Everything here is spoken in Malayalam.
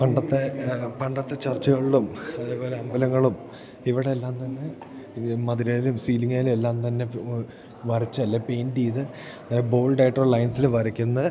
പണ്ടത്തെ പണ്ടത്തെ ചർച്ചുകളിലും അതേപോലെ അമ്പലങ്ങളും ഇവിടെയെല്ലാം തന്നെ ഈ മതിലിലും സീലിംഗിലും എല്ലാം തന്നെ വരച്ചല്ലെ പെയിൻ്റു ചെയ്ത് ബോൾഡായിട്ടു ലൈൻസിൽ വരയ്ക്കുന്നത്